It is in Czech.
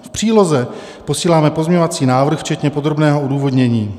V příloze posíláme pozměňovací návrh včetně podrobného odůvodnění.